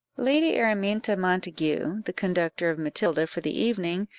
lady araminta montague, the conductor of matilda for the evening,